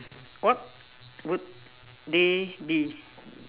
what would they be